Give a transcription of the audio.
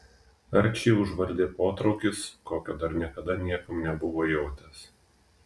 arčį užvaldė potraukis kokio dar niekada niekam nebuvo jautęs